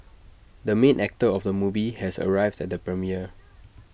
the main actor of the movie has arrived at the premiere